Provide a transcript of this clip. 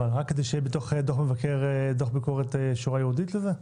רק כדי שיהיה בדוח המבקר דוח ביקורת שורה ייעודית לזה?